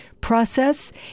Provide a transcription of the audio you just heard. process